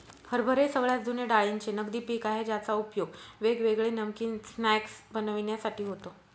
हरभरे सगळ्यात जुने डाळींचे नगदी पिक आहे ज्याचा उपयोग वेगवेगळे नमकीन स्नाय्क्स बनविण्यासाठी होतो